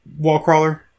Wallcrawler